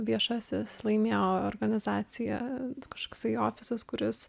viešasis laimėjo organizacija kažkoksai ofisas kuris